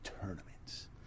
tournaments